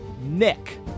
nick